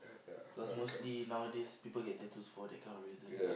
cause mostly nowadays people get tattoos for that kind of reason